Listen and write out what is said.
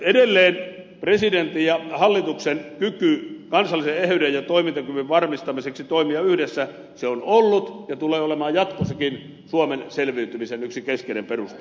edelleen presidentin ja hallituksen kyky kansallisen eheyden ja toimintakyvyn varmistamiseksi toimia yhdessä on ollut ja tulee olemaan jatkossakin suomen selviytymisen yksi keskeinen peruste